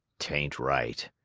t ain't right,